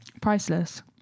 priceless